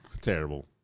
Terrible